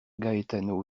gaetano